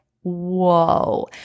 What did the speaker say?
whoa